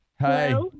hi